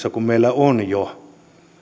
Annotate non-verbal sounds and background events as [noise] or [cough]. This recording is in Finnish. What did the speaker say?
[unintelligible] että kun meillä satakunnassa on kyllä jo